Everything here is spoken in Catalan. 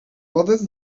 rodes